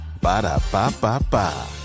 Ba-da-ba-ba-ba